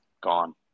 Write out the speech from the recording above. gone